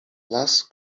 las